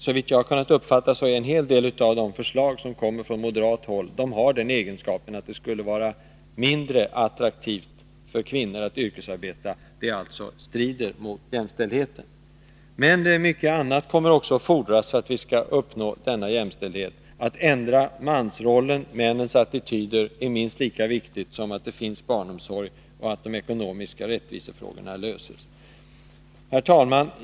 Såvitt jag har kunnat uppfatta, har en hel del av de förslag som kommer från moderat håll den innebörden att det skulle bli mindre attraktivt för kvinnorna att yrkesarbeta. Det skulle försvåra jämställdheten. Mycket annat kommer också att fordras för att vi skall uppnå denna jämställdhet. Att ändra mansrollen, männens attityder, är minst lika viktigt som att det finns barnomsorg och att de ekonomiska rättvisefrågorna är lösta. Herr talman!